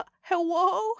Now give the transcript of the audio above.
hello